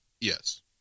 Yes